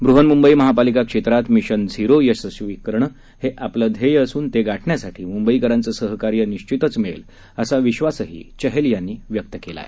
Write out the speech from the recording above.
बृहन्मुंबई महापालिका क्षेत्रात mission zero यशस्वी करणं हे आपलं ध्येय असून ते गाठण्यासाठी मुंबईकरांचं सहकार्य निश्वितच मिळेल असा विश्वासही चहल यांनी व्यक्त केला आहे